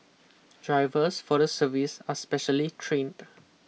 drivers for the service are specially trained